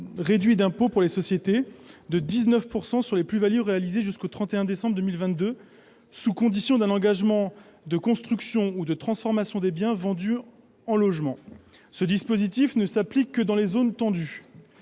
réduit d'impôt sur les sociétés, à 19 %, sur les plus-values réalisées jusqu'au 31 décembre 2022 sous condition d'un engagement de construction ou de transformation des biens vendus en logements. Ce dispositif ne s'applique que dans les zones tendues.